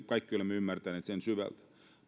kaikki olemme ymmärtäneet sen syvältä